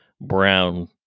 brown